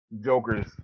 Joker's